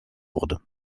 wurde